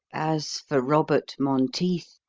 as for robert monteith,